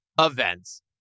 events